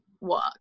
work